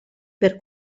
per